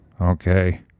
okay